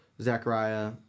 Zachariah